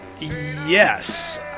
Yes